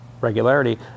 regularity